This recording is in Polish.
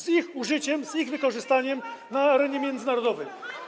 z ich użyciem, z ich wykorzystaniem na arenie międzynarodowej?